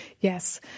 Yes